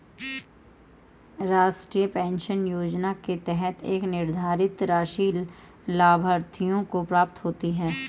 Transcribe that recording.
राष्ट्रीय पेंशन योजना के तहत एक निर्धारित राशि लाभार्थियों को प्राप्त होती है